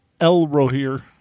Elrohir